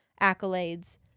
accolades